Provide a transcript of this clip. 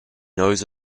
knows